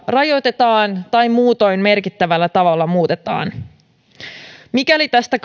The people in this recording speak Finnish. rajoitetaan tai muutoin merkittävällä tavalla muutetaan mikäli tästä